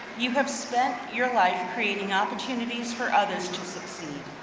you have spent your life creating opportunities for others to succeed.